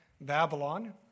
Babylon